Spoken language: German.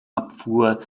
abfuhr